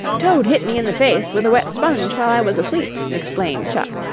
toad hit me in the face with a wet sponge while i was asleep, explained chuck,